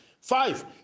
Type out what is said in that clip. Five